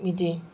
बिदि